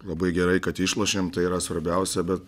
labai gerai kad išlošėm tai yra svarbiausia bet